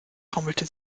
taumelte